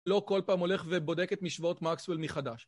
לא כל פעם הולך ובודק את משוואות מקסואל מחדש.